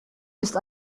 ist